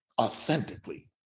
authentically